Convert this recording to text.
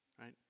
Right